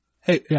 Hey